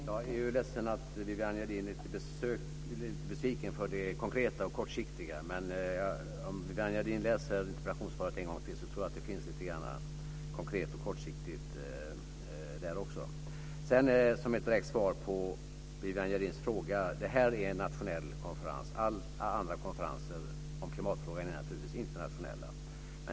Fru talman! Jag är ledsen att Viviann Gerdin är lite besviken över det konkreta och kortsiktiga, men om Viviann Gerdin läser interpellationssvaret en gång till tror jag att det finns lite konkret och kortsiktigt där också. Som ett direkt svar på Viviann Gerdins fråga vill jag säga att det här är en nationell konferens. Alla andra konferenser om klimatfrågan är naturligtvis internationella.